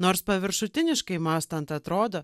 nors paviršutiniškai mąstant atrodo